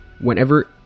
whenever